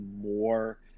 more